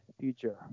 future